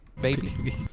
Baby